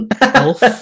Elf